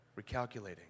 Recalculating